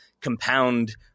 compound